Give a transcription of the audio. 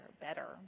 better